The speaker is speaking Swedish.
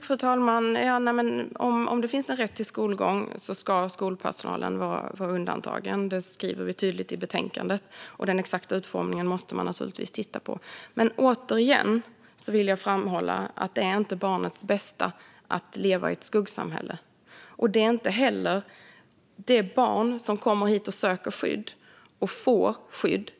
Fru talman! Om det finns en rätt till skolgång ska skolpersonalen vara undantagen. Det skriver vi tydligt i betänkandet. Den exakta utformningen måste man naturligtvis titta på. Återigen vill jag dock framhålla att det inte är barnets bästa att leva i ett skuggsamhälle. Det finns också barn som kommer hit och söker skydd och som får skydd.